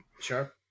Sure